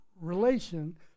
relation